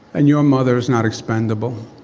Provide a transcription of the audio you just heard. and your mother is not expendable.